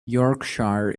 yorkshire